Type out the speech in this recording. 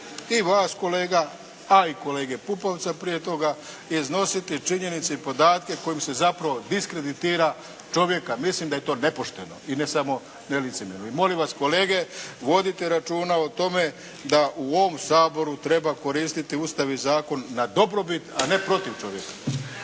i vas kolega, a kolege Pupovca prije toga iznositi činjenice i podatke kojim se zapravo diskreditira čovjeka, mislim da je to nepošteno. I ne samo ne licemjerno. I molim vas kolege vodite računa o tome da u ovom Saboru treba koristiti Ustav i zakon na dobrobit, a ne protiv čovjeka.